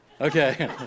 Okay